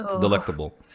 delectable